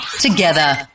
together